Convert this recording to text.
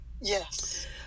Yes